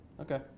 Okay